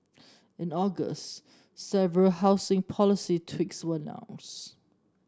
in August several housing policy tweaks were announced